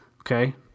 Okay